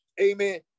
amen